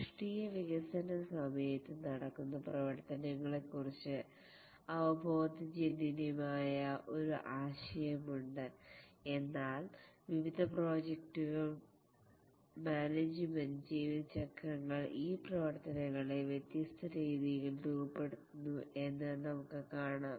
രാഷ്ട്രീയ വികസന സമയത്ത് നടക്കുന്ന പ്രവർത്തനങ്ങളെക്കുറിച്ച് അവബോധജനന്യമായ ഒരു ആശയമുണ്ട് എന്നാൽ വിവിധ പ്രോജക്ടുകൾ മാനേജ്മെൻറ് ജീവിത ചക്രങ്ങൾ ഈ പ്രവർത്തനങ്ങളെ വ്യത്യസ്ത രീതികളിൽ രൂപപ്പെടുത്തുന്നു എന്ന് നമുക്ക് കാണാം